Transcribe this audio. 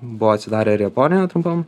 buvo atsidarę ir japonijoj trumpam